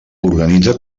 organitza